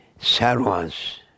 servants